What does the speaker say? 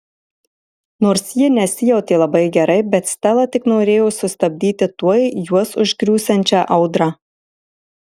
nors ji nesijautė labai gerai bet stela tik norėjo sustabdyti tuoj juos užgriūsiančią audrą